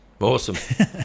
Awesome